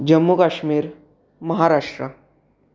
Jammu Kashmir Maharashtra